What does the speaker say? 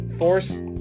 Force